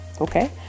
Okay